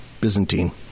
Byzantine